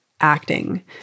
acting